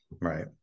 right